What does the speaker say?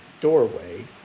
doorway